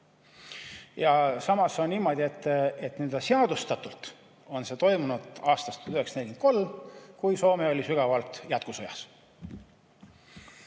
Samas on niimoodi, et seadustatult on see toimunud aastast 1943, kui Soome oli sügavalt Jätkusõjas.